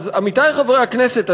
עמיתי חברי הכנסת,